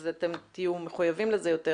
אז אתם תהיו מחויבים לזה יותר